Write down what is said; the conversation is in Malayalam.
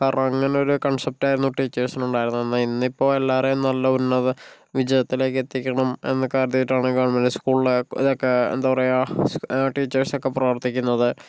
കാരണം അങ്ങനെ ഒരു കൺസെപ്റ്റ് ആയിരുന്നു ടീച്ചേഴ്സിന് ഉണ്ടായിരുന്നത് എന്നാൽ ഇന്നിപ്പോൾ എല്ലാരെയും നല്ല ഉന്നത വിജയത്തിലേക്ക് എത്തിക്കണം എന്ന് കരുതിയിട്ടാണ് ഗവൺമെൻ്റ് സ്കൂളിലെ ഇതൊക്കെ എന്താ പറയാ ടീച്ചേഴ്സൊക്കെ പ്രവർത്തിക്കുന്നത്